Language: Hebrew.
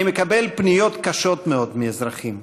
אני מקבל פניות קשות מאוד מאזרחים.